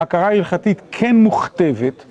הכרה הלכתית כן מוכתבת.